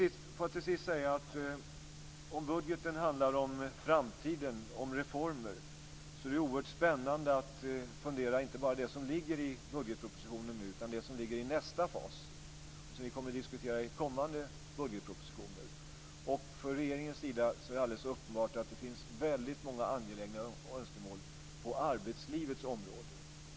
Får jag till sist säga detta: Om budgeten handlar om framtiden och om reformer så är det oerhört spännande att fundera inte bara över det som ligger i budgetpropositionen nu utan också över det som ligger i nästa fas, och som vi kommer att diskutera i kommande budgetpropositioner. Från regeringens sida är det alldeles uppenbart att det finns väldigt många angelägna önskemål på arbetslivets område.